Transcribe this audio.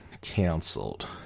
canceled